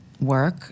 work